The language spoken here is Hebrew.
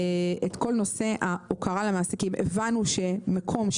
הבנו שמקום,